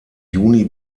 juni